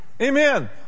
Amen